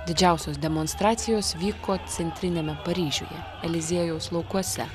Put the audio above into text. didžiausios demonstracijos vyko centriniame paryžiuje eliziejaus laukuose